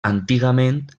antigament